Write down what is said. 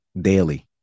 daily